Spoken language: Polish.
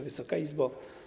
Wysoka Izbo!